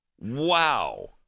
wow